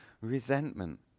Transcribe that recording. resentment